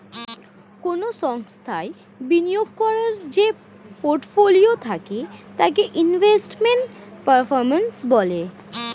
কোন সংস্থায় বিনিয়োগ করার যে পোর্টফোলিও থাকে তাকে ইনভেস্টমেন্ট পারফর্ম্যান্স বলে